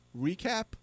recap